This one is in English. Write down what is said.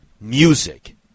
music